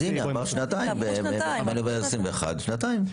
הינה, עברו שנתיים מנובמבר 2021, שנתיים.